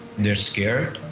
they're scared.